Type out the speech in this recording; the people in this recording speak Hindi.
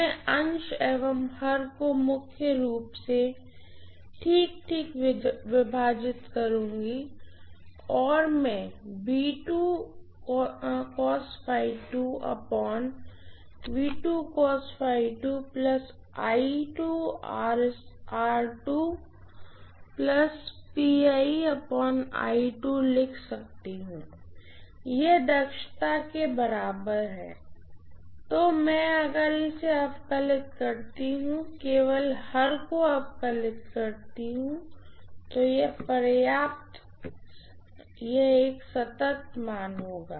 मैं अंश एवं हर को मुख्य रूप से ठीक ठीक विभाजित करूँगा और मैं लिख सकता हूँ यह दक्षता के बराबर है तो मैं अगर इसे अवकलित करती हूँ केवल हर को अवकलित करती हूँ तो यह पर्याप्त यह सतत मान होगा